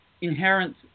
inherent